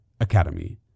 Academy